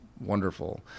wonderful